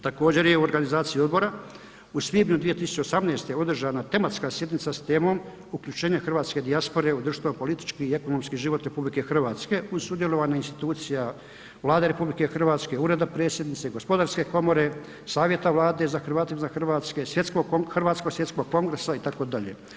Također je u organizaciji odbora u svibnju 2018. održana tematska sjednica s temom „Uključenje hrvatske dijaspore u društveno, politički i ekonomski život Republike Hrvatske“ uz sudjelovanje institucija Vlade RH, Ureda Predsjednice, Gospodarske komore, Savjeta Vlade za Hrvate izvan Hrvatske, Hrvatskog svjetskog kongresa itd.